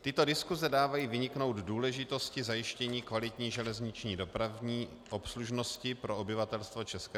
Tyto diskuse dávají vyniknout důležitosti zajištění kvalitní železniční dopravní obslužnosti pro obyvatelstvo ČR.